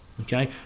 Okay